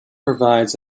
provides